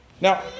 Now